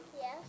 Yes